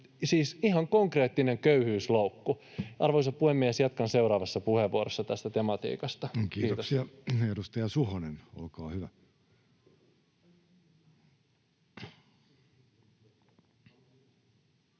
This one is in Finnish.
siis ihan konkreettinen köyhyysloukku. Arvoisa puhemies! Jatkan seuraavassa puheenvuorossa tästä tematiikasta. [Speech 104] Speaker: Jussi